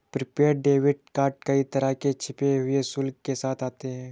prepaid debit card कई तरह के छिपे हुए शुल्क के साथ आते हैं